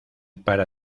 para